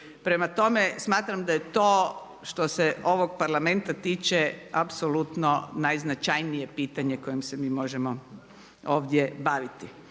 Prema tome, smatram da je to što se ovog Parlamenta tiče apsolutno najznačajnije pitanje kojem se mi možemo ovdje baviti.